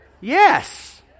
Yes